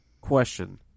question